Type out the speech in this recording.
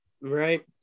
Right